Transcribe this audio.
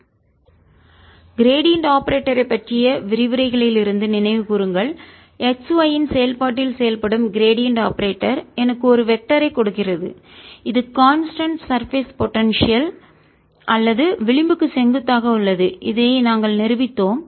4x29y236 gradient operator ஐ பற்றிய விரிவுரை களிலிருந்து நினைவுகூருங்கள் x y இன் செயல்பாட்டில் செயல்படும் கிரேடியண்ட் ஆபரேட்டர் எனக்கு ஒரு வெக்டர் ஐ கொடுக்கிறது இது கான்ஸ்டன்ட் சர்பேஸ் போடன்சியல் நிலையான சாத்தியமான மேற்பரப்பு அல்லது விளிம்புக்கு செங்குத்தாக உள்ளது இதை நாங்கள் நிரூபித்தோம்